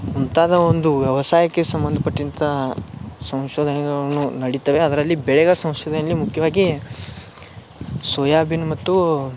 ಮುಂತಾದ ಒಂದು ವ್ಯವಸಾಯಕ್ಕೆ ಸಂಬಂಧಪಟ್ಟಿದ್ದ ಸಂಶೋಧನೆಗಳನ್ನು ನಡಿತವೆ ಅದರಲ್ಲಿ ಬೆಳೆಯ ಸಂಶೋಧನೆ ಮುಖ್ಯವಾಗಿ ಸೊಯಾಬೀನ್ ಮತ್ತು